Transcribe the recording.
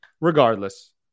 regardless